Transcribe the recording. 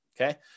okay